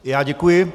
Já děkuji.